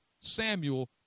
Samuel